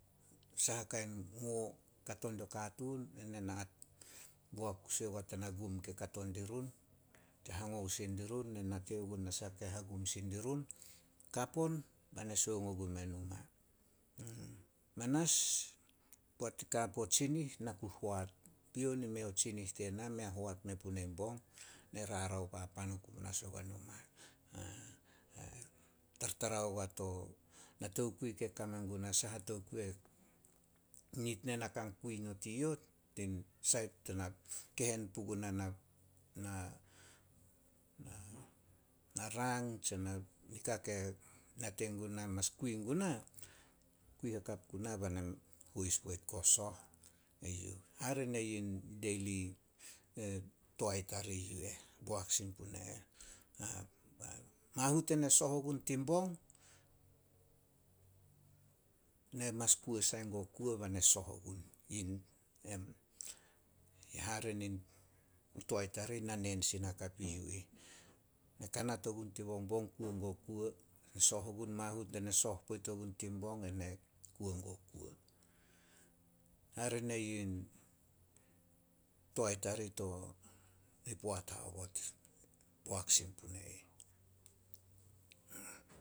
Saha kain ngo kato dio katuun, ena na boak kusi ogua tana gum ke kato dirun, ke hango sin dirun. Ne nate gun nasah ke hagum sin dirun. Kap on bai na sioung poit ogumeh numa. Manas poat i ka puo tsinih, na gu hoat. Pion i mei a tsinih tena. Mei hoat me puna i bong. Na rarao papan oku panas oguai numa. Tartara ogua to, na tokui ke kame guna, saha tokui nid ne na ka kui not i youh, tin sait kehen puguna na- na rang tse nika ke nate guna mas kui guna. Kui hakap guna bai na hois poit guo soh. Hare ne yin deili toae tarih yu eh, boak sin pune eh. Mahut ena soh ogun tin bong, ne mas kuo sai guo kuo bai na soh ogun. Hare toae tarih nanen sin hakap e yu ih. Ne kanat ogun tin bongbong, kuo guo kuo, soh ogun. Mahut ne na soh poit ogun tin bong, ena kuo guo kuo. Hare ne yin toae tarih to ni poat haobot, boak sin pune ih.